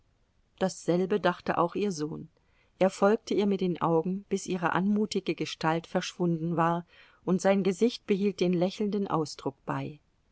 dasselbe dachte auch ihr sohn er folgte ihr mit den augen bis ihre anmutige gestalt verschwunden war und sein gesicht behielt den lächelnden ausdruck bei